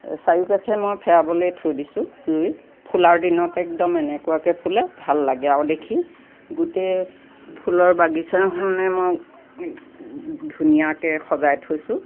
চাৰিওকাষে মই ফেয়াৰবলে থৈ দিছোঁ ৰুই ফুলাৰ দিনত একদম এনেকুৱাকে ফুলে ভাল আৰু দেখি গোটেই ফুলৰ বাগিচা মানে মই ধুনীয়াকে সজাই থৈছোঁ